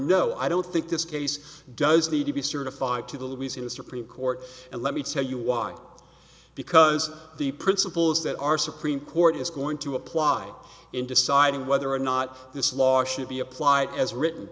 no i don't think this case does need to be certified to the louisiana supreme court and let me tell you why because the principles that our supreme court is going to apply in deciding whether or not this law should be applied as written